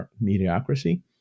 mediocrity